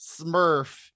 smurf